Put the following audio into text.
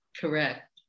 Correct